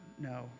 No